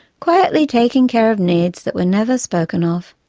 quietly taking care of needs that were never spoken of,